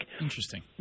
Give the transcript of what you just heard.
Interesting